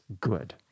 good